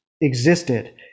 existed